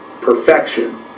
perfection